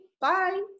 bye